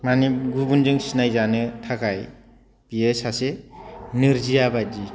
माने गुबुनजों सिनायजानो थाखाय बियो सासे नोरजिया बायदि